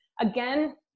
again